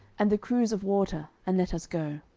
and the cruse of water, and let us go.